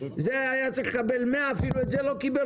זה היה צריך לקבל 100,000 ₪ ואפילו את זה לא קיבל,